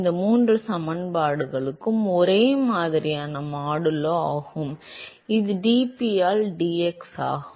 இந்த மூன்று சமன்பாடுகளும் ஒரே மாதிரியான மாடுலோ ஆகும் இது dP ஆல் dx ஆகும்